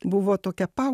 buvo tokia pau